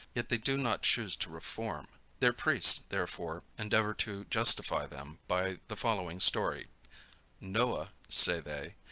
yet they do not choose to reform. their priests, therefore, endeavor to justify them, by the following story noah, say they,